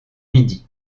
midi